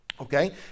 Okay